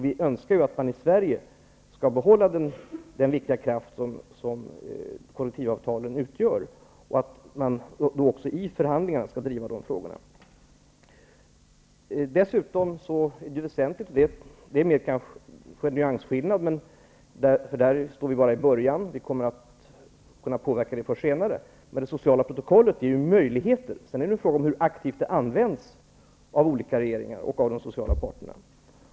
Vi önskar att man i Sverige skall behålla den viktiga kraft som kollektivavtalen utgör och att man skall driva de frågorna i förhandlingarna. Det är väsentligt att -- även om vi bara står i början och kommer att kunna påverka det senare -- det sociala protokollet ger möjligheter. Sedan är det en fråga om hur aktivt det används av olika regeringar och de sociala parterna.